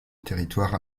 territoire